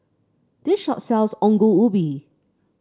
this shop sells Ongol Ubi